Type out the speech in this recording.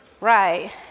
Right